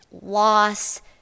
loss